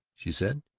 she said,